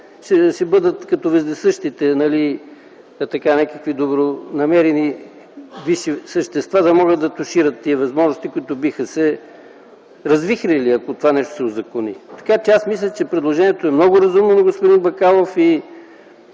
ще бъдат като вездесъщите – някакви добронамерени висши същества, да могат да тушират тези възможности, които биха се развихрили, ако това нещо се узакони. Аз мисля, че предложението на господин Бакалов е